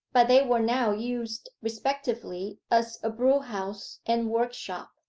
but they were now used respectively as a brewhouse and workshop,